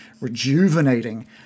rejuvenating